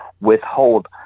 withhold